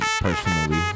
personally